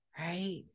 right